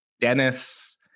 Dennis